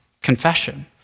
confession